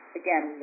again